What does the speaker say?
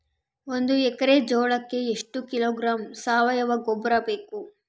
ಒಂದು ಎಕ್ಕರೆ ಜೋಳಕ್ಕೆ ಎಷ್ಟು ಕಿಲೋಗ್ರಾಂ ಸಾವಯುವ ಗೊಬ್ಬರ ಬೇಕು?